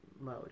mode